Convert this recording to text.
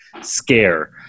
scare